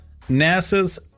NASA's